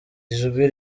ijwi